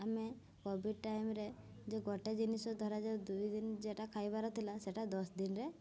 ଆମେ covid time ରେ ଯେ ଗୋଟେ ଜିନିଷ ଧରାଯାଉ ଦୁଇ ଦିନ ଯେଟା ଖାଇବାର ଥିଲା ସେଇଟା ଦଶ ଦିନରେ